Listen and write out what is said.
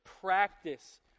practice